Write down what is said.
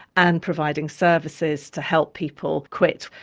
and providing services to help people quit.